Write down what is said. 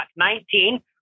19